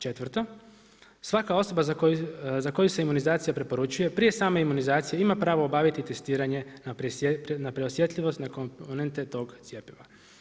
Četvrto, svaka osoba za koju se imunizacija preporučuje, prije sam imunizacije, ima pravo obaviti testiranje, na preosjetljivost, na komponente tog cjepiva.